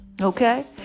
Okay